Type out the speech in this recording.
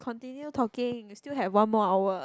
continue talking you still have one more hour